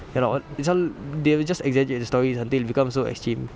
cannot what it's all they will just exaggerate the stories until it becomes so extreme